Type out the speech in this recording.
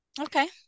okay